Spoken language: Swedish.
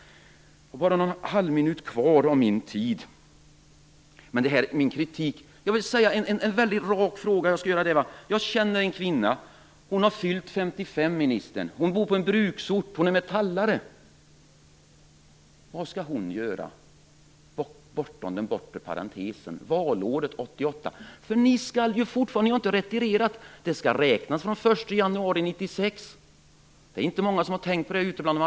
Jag har bara en halv minut kvar av min taletid, och jag vill därför ställa en väldigt rak fråga. Jag känner en kvinna som har fyllt 55, ministern. Hon bor på en bruksort och är metallare. Vad skall hon göra bortom den bortre parentesen, valåret 1998? Ni har ju fortfarande inte retirerat. Man skall räkna från den 1 januari 1996. Det är inte många av de arbetslösa som har tänkt på det.